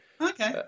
okay